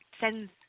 sends